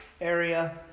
area